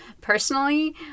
personally